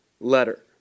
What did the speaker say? letter